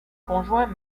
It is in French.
conjoints